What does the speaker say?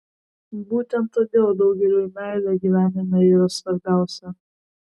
būtent todėl daugeliui meilė gyvenime yra svarbiausia